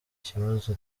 kibazo